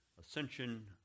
ascension